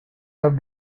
have